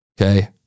Okay